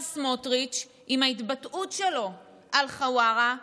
סמוטריץ' עם ההתבטאות שלו על חווארה,